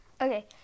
Okay